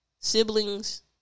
Siblings